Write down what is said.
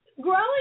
growing